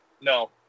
No